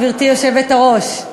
גברתי היושבת-ראש.